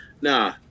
nah